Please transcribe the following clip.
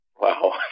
Wow